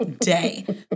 day